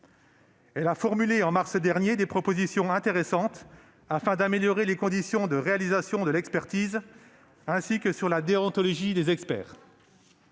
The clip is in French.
Elle a formulé, en mars dernier, des propositions intéressantes afin d'améliorer les conditions de réalisation de l'expertise, ainsi que sur la déontologie des experts.